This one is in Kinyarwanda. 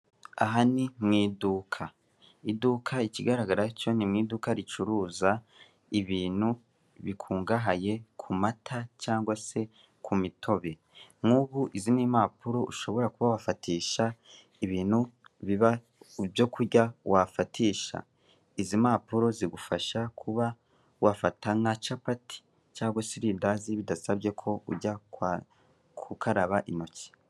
Aha ni mu iduka ikigaragara cyo ni mu iduka ricuruza ibintu bikungahaye ku mata cyangwa se ku mitobe nk' ubu izi n' impapuro ushobora kubawafatisha ibintu biba ibyo kurya wafatisha izi mpapuro zigufasha kuba wafata kna capati cyangwa se irindazi bidasabye ko mujya kwa gukaraba intoki